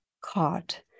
caught